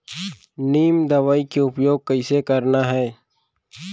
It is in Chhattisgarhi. नीम दवई के उपयोग कइसे करना है?